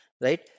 right